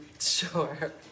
Sure